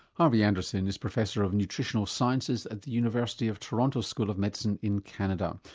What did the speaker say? harvey anderson is professor of nutritional sciences at the university of toronto, school of medicine in canada.